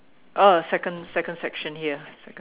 uh second second section here second